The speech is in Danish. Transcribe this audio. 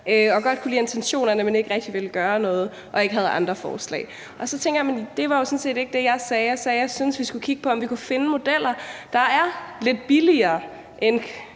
og godt kunne lide intentionerne, men ikke rigtig ville gøre noget og ikke havde andre forslag. Men det var jo sådan set ikke det, jeg sagde. Jeg sagde, at jeg syntes, at vi skulle kigge på, om vi kunne finde modeller, der er lidt billigere end